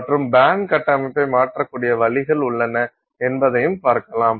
மற்றும் பேண்ட் கட்டமைப்பை மாற்றக்கூடிய வழிகள் உள்ளன என்பதை பார்க்கலாம்